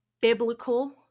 biblical